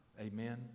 amen